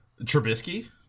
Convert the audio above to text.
Trubisky